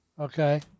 Okay